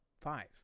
five